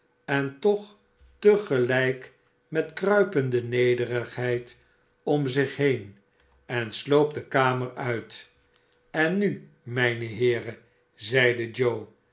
en toch te gelijk met kruipende nederigheid om zich heen en sloop de kamer uit en nu mijne heeren zeide